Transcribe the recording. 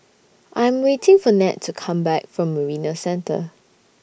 I Am waiting For Ned to Come Back from Marina Centre